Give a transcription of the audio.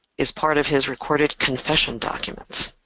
is part of his recorded confession documents.